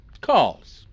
Calls